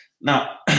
Now